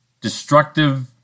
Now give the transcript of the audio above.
destructive